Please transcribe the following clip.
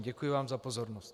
Děkuji vám za pozornost.